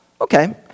okay